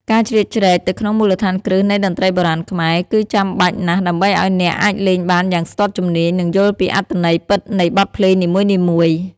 ការជ្រៀតជ្រែកទៅក្នុងមូលដ្ឋានគ្រឹះនៃតន្ត្រីបុរាណខ្មែរ គឺចាំបាច់ណាស់ដើម្បីឱ្យអ្នកអាចលេងបានយ៉ាងស្ទាត់ជំនាញ និងយល់ពីអត្ថន័យពិតនៃបទភ្លេងនីមួយៗ។